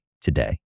today